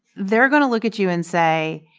they're going to look at you and say,